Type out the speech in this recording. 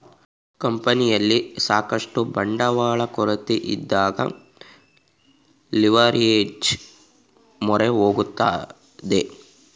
ಕಂಪನಿಯಲ್ಲಿ ಸಾಕಷ್ಟು ಬಂಡವಾಳ ಕೊರತೆಯಿದ್ದಾಗ ಲಿವರ್ಏಜ್ ಮೊರೆ ಹೋಗುತ್ತದೆ